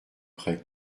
prêt